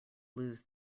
lose